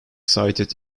cited